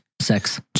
Sex